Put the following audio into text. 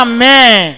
Amen